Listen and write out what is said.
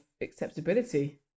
acceptability